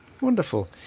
Wonderful